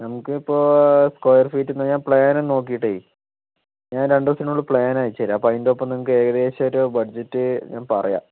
നമ്മുക്കിപ്പോൾ സ്ക്വയർഫീറ്റിന് പ്രകാരം നോക്കിയിട്ട് ഞാൻ രണ്ടുദിവസത്തിനുള്ളിൽ പ്ലാൻ അയച്ചുതരാം അപ്പോൾ അതിൻ്റെയൊപ്പം നിങ്ങൾക്ക് ഏകദേശമൊരു ബഡ്ജറ്റു ഞാൻ പറയാം